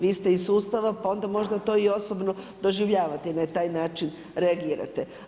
Vi ste iz sustava pa onda možda to i osobno doživljavate i na taj način reagirate.